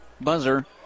buzzer